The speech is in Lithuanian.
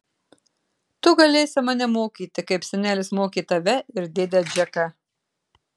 tu galėsi mane mokyti kaip senelis mokė tave ir dėdę džeką